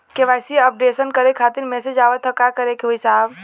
KYC updation करें खातिर message आवत ह का करे के होई साहब?